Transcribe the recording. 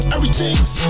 Everything's